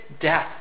death